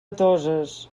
toses